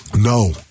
No